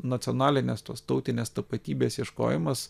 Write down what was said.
nacionalinės tos tautinės tapatybės ieškojimas